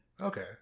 Okay